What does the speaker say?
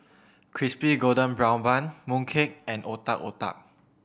Crispy Golden Brown Bun mooncake and Otak Otak